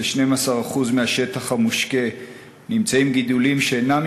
בכ-12% מהשטח המושקה נמצאים גידולים שאינם